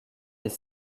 les